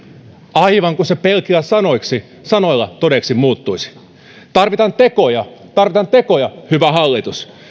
aivan kuin se pelkillä sanoilla sanoilla todeksi muuttuisi tarvitaan tekoja tarvitaan tekoja hyvä hallitus